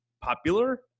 popular